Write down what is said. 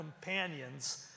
companions